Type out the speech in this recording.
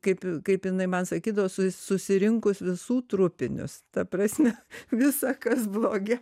kaip kaip jinai man sakydavo sus susirinkus visų trupinius ta prasme visa kas blogia